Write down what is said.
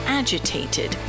agitated